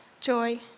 joy